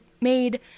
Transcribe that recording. made